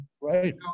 Right